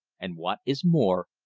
and, what is more,